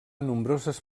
nombroses